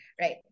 right